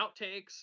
outtakes